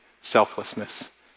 selflessness